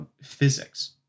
physics